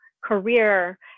career